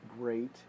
great